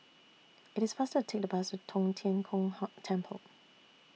IT IS faster Take The Bus Tong Tien Kung Temple